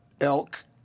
elk